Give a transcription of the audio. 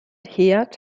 herd